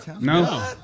No